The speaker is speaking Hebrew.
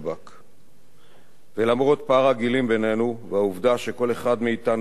ולמרות פער הגילים בינינו והעובדה שכל אחד מאתנו הגיע מבית-גידול שונה,